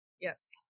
Yes